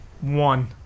one